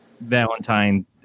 Valentine